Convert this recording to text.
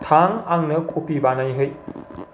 थां आंनो कफि बानायहै